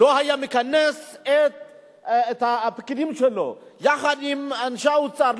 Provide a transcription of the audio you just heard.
לו היה מכנס את הפקידים שלו יחד עם אנשי האוצר,